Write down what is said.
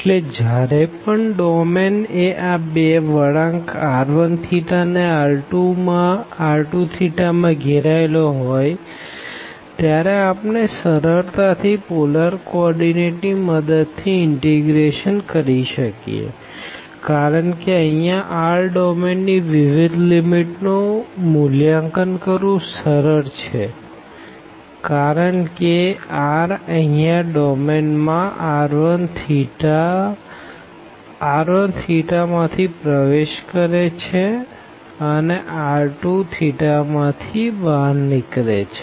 એટલે જયારે પણ ડોમેન એ આ બે વળાંક r1θ and r2θ માં ઘેરાએલો હોય ત્યારે આપણે સરળતા થી પોલર કો ઓર્ડીનેટ ની મદદ થી ઇનટીગ્રેશન કરી શકીએ કારણ કે અહિયાં r ડોમેન ની વિવિધ લીમીટ નું મૂલ્યાંકન કરવું સરળ છે કારણ કે r અહિયાં ડોમેન માં r1θ માં થી પ્રવેશ કરે છે અને r2θ માં થી બહાર નીકળે છે